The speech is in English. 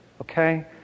okay